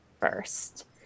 first